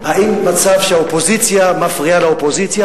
האם המצב שהאופוזיציה מפריעה לאופוזיציה?